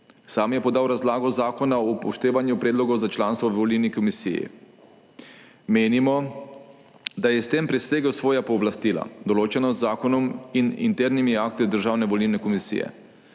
Sam je podal razlago zakona ob upoštevanju predlogov za članstvo v volilni komisiji. Menimo, da je s tem presegel svoja pooblastila, določena z zakonom in internimi akti Državne volilne komisije.